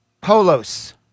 polos